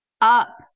up